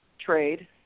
trade